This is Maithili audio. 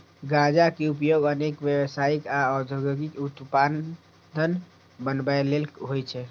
गांजा के उपयोग अनेक व्यावसायिक आ औद्योगिक उत्पाद बनबै लेल होइ छै